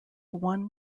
won